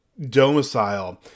domicile